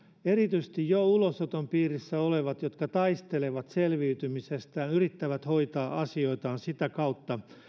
erityisesti jo ulosoton piirissä oleville jotka taistelevat selviytymisestään ja yrittävät hoitaa asioitaan sitä kautta